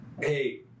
Hey